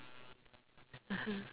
(uh huh)